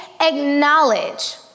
acknowledge